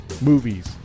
movies